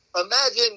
imagine